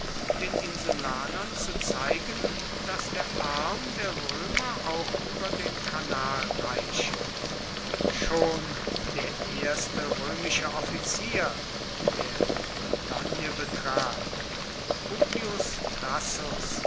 den insulanern zu zeigen daß der arm der römer auch über den kanal reiche schon der erste römische offizier der die bretagne betrat publius crassus